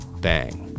Bang